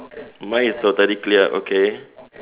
mine is totally clear okay